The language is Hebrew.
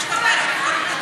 לעזור להם.